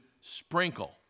sprinkle